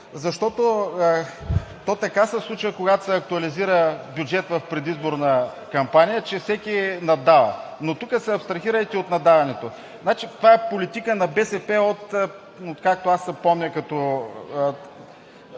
Така се случва, когато се актуализира бюджет в предизборна кампания, че всеки наддава, но тук се абстрахирайте от наддаването. Това е политика на БСП, откакто аз се помня като